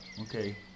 Okay